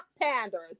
panders